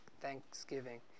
thanksgiving